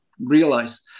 realize